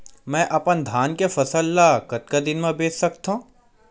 मैं अपन धान के फसल ल कतका दिन म बेच सकथो?